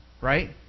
right